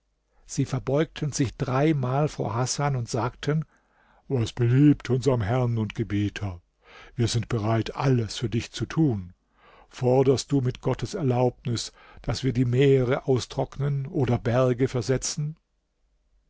sie verbeugten sich dreimal vor hasan und sagten was beliebt unserem herrn und gebieter wir sind bereit alles für dich zu tun forderst du mit gottes erlaubnis daß wir die meere austrocknen oder berge versetzen